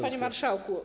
Panie Marszałku!